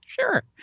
sure